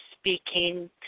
speaking